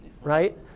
Right